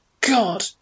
God